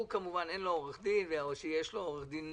לו כמובן אין עורך דין או שיש לו עורך דין